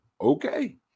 okay